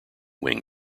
wing